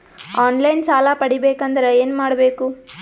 On line ಸಾಲ ಪಡಿಬೇಕಂದರ ಏನಮಾಡಬೇಕು?